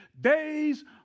days